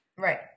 Right